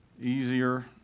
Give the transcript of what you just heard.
easier